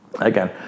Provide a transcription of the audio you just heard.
Again